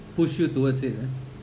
push you towards it ah